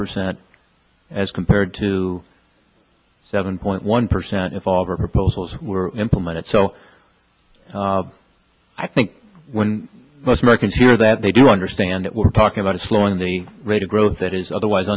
percent as compared to seven point one percent if all of our proposals were implemented so i think when most americans hear that they do understand it we're talking about a slowing the rate of growth that is otherwise